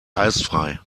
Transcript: eisfrei